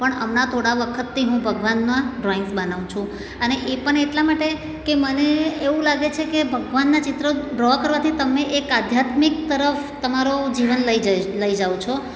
પણ હમણાં થોડા વખતથી હું ભગવવાનના ડ્રોઇંગ્સ બનાવું છું અને એ પણ એટલા માટે કે મને એવું લાગે છે કે ભગવાનના ચિત્રો ડ્રૉ કરવાથી તમે એક આધ્યાત્મિક તરફ તમારો જીવન લઈ જાય લઈ જાવ છો